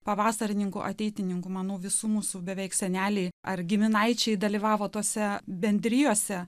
pavasarininkų ateitininkų manau visų mūsų beveik seneliai ar giminaičiai dalyvavo tose bendrijose